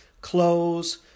clothes